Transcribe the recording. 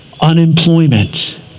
unemployment